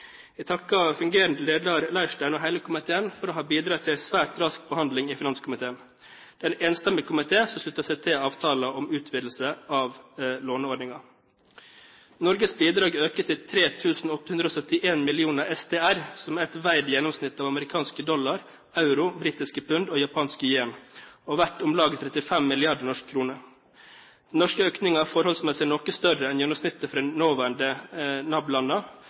Jeg takker fungerende leder Leirstein og hele komiteen for å ha bidratt til en svært rask behandling i finanskomiteen. Det er en enstemmig komité som slutter seg til avtalen om utvidelse av låneordningen. Norges bidrag øker til 3 871 mill. SDR, som er et veid gjennomsnitt av amerikanske dollar, euro, britiske pund og japanske yen, og verdt om lag 35 mrd. norske kroner. Den norske økningen er forholdsmessig noe større enn gjennomsnittet for de nåværende